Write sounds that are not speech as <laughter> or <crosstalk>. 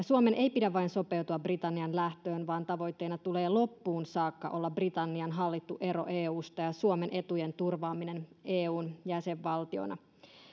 <unintelligible> suomen ei pidä vain sopeutua britannian lähtöön vaan tavoitteena tulee loppuun saakka olla britannian hallittu ero eusta ja suomen etujen turvaaminen eun jäsenvaltiona